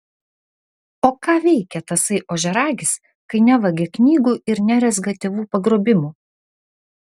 o ką veikia tasai ožiaragis kai nevagia knygų ir nerezga tėvų pagrobimų